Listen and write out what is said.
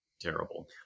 terrible